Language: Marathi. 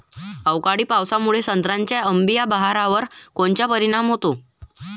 अवकाळी पावसामुळे संत्र्याच्या अंबीया बहारावर कोनचा परिणाम होतो?